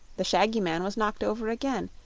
the shaggy man was knocked over again,